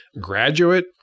graduate